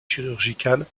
chirurgicale